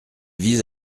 vise